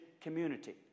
community